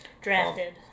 Drafted